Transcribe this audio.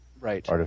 right